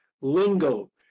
lingo